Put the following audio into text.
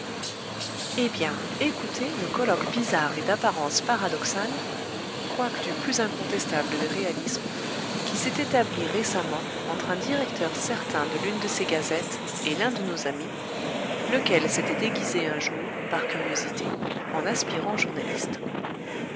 eh bien écoutez le colloque bizarre et d'apparence paradoxale quoique du plus incontestable des réalismes qui s'est établi récemment entre un directeur certain de l'une de ces gazettes et l'un de nos amis lequel s'était déguisé un jour par curiosité en aspirant journaliste